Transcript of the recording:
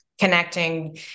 connecting